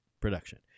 production